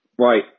Right